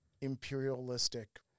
imperialistic